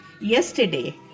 Yesterday